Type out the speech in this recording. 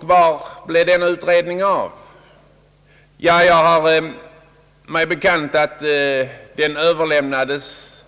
Var blev denna utredning av? Jag har mig bekant att den av statsrådet överlämnades